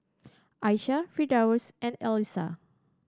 Aishah Firdaus and Alyssa